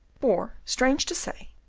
for, strange to say,